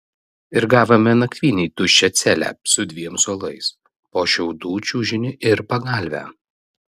ir gavome nakvynei tuščią celę su dviem suolais po šiaudų čiužinį ir pagalvę